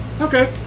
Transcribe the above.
okay